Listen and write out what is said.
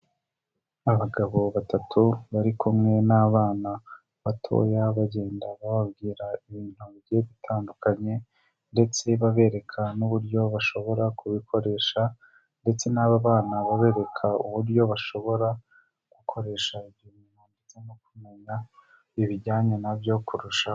Abagabo batatu bari kumwe n'abana batoya bagenda bababwira ibintu bigiye bitandukanye ndetse babereka n'uburyo bashobora kubikoresha ndetse n'abana babereka uburyo bashobora gukoresha ibyuma ndetse no kumenya ibijyanye na byo kurushaho.